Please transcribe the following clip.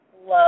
love